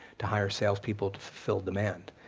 to hire sales people to fulfill demand,